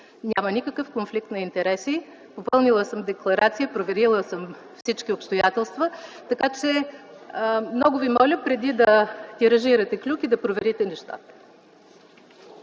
няма никакъв конфликт на интереси. Попълнила съм декларация, проверила съм всички обстоятелства, така че, много Ви моля преди да тиражирате клюки, да проверите нещата!